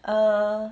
err